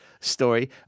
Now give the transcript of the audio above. story